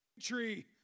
tree